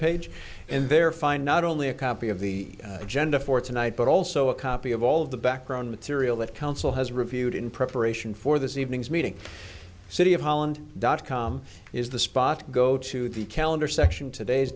page in there find not only a copy of the agenda for tonight but also a copy of all of the background material that council has reviewed in preparation for this evening's meeting city of holland dot com is the spot go to the calendar section today's